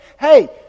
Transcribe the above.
Hey